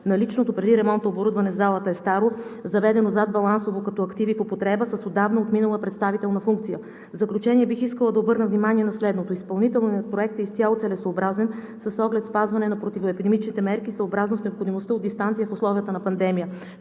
Наличното преди ремонта оборудване в залата е старо, заведено задбалансово като активи в употреба с отдавна отминала представителна функция. В заключение, бих искала да обърна внимание на следното. Изпълнителният проект е изцяло целесъобразен с оглед спазване на противоепидемичните мерки съобразно с необходимостта от дистанция в условията на пандемия,